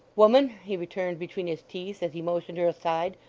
woman, he returned between his teeth, as he motioned her aside,